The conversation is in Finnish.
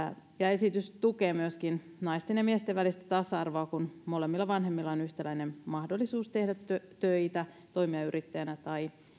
esitys tukee myöskin naisten ja miesten välistä tasa arvoa kun molemmilla vanhemmilla on yhtäläinen mahdollisuus tehdä töitä toimia yrittäjänä tai